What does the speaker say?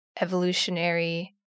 evolutionary